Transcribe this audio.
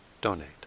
donate